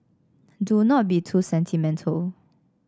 do not be too sentimental